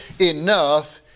Enough